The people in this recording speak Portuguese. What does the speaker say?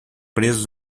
presos